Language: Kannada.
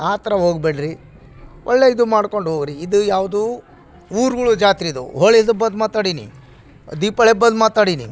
ಆತರ ಹೋಗ್ಬೇಡ್ರಿ ಒಳ್ಳೇದು ಮಾಡ್ಕೊಂಡು ಹೋಗ್ರಿ ಇದು ಯಾವ್ದು ಊರುಗಳು ಜಾತ್ರೆ ಇದು ಹೋಳಿದು ಹಬ್ಬದ್ದು ಮಾತಾಡೀನಿ ದೀಪಾವಳಿ ಹಬ್ಬದ್ದು ಮಾತಾಡೀನಿ